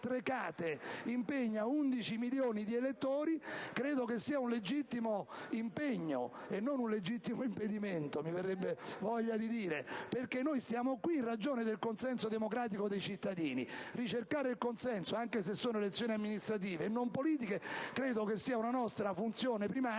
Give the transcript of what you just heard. Trecate impegna 11 milioni di elettori è un legittimo impegno - e non un legittimo impedimento, mi verrebbe voglia di dire - perché noi siamo qui in ragione del consenso democratico dei cittadini. Ricercare il consenso, anche se sono elezioni amministrative e non politiche, credo sia una nostra funzione primaria.